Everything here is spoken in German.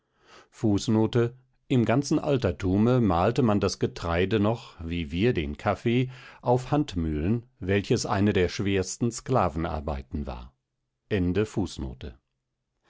im ganzen altertume mahlte man das getreide noch wie wir den kaffee auf handmühlen welches eine der schwersten sklavenarbeiten war